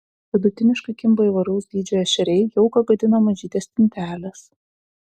vidutiniškai kimba įvairaus dydžio ešeriai jauką gadina mažytės stintelės